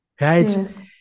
right